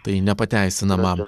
tai nepateisinama